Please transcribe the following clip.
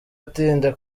atinda